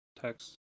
text